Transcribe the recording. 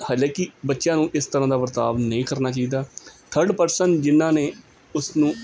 ਹਾਲਾਂਕਿ ਬੱਚਿਆਂ ਨੂੰ ਇਸ ਤਰ੍ਹਾਂ ਦਾ ਵਰਤਾਵ ਨਹੀਂ ਕਰਨਾ ਚਾਹੀਦਾ ਥਰਡ ਪਰਸਨ ਜਿਨਾਂ ਨੇ ਉਸਨੂੰ